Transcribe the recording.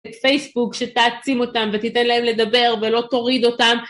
את פייסבוק שתעצים אותם ותיתן להם לדבר ולא תוריד אותם